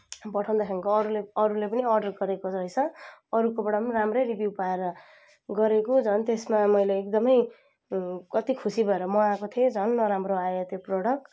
पठाउँदाखेरिको अरूले अरूले पनि अर्डर गरेको रहेछ अरूको बाट पनि राम्रै रिभ्यु पाएर गरेको झन् त्यसमा मैले एकदमै कति खुसी भएर मगाएको थिएँ झन् नराम्रो आयो त्यो प्रडक्ट